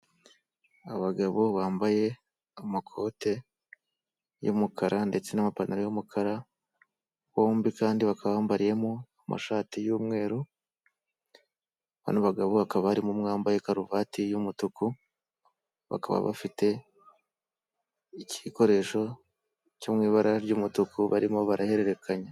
Abagabo bambaye amakoti y'umukara ndetse n'amapantaro y'umukara bombi kandi bakambamo amashati y'umweru, bano bagabo bakaba barimo umwe wambaye karuvati y'umutuku, bakaba bafite igikoresho cyo mu ibara ry'umutuku barimo barahererekanya.